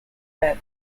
for